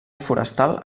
forestal